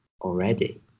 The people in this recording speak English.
already